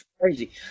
Crazy